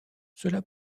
cela